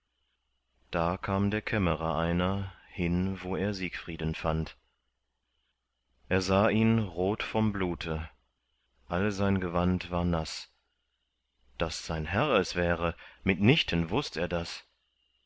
da kam der kämmerer einer hin wo er siegfrieden fand er sah ihn rot vom blute all sein gewand war naß daß sein herr es wäre mit nichten wußt er das